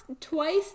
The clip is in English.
twice